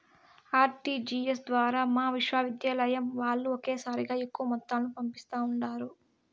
RTGS ద్వారా మా విశ్వవిద్యాలయం వాల్లు ఒకేసారిగా ఎక్కువ మొత్తాలను పంపిస్తా ఉండారు